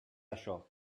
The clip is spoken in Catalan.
això